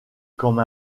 comme